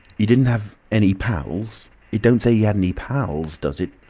he didn't have any pals it don't say he had any pals, does it?